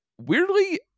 weirdly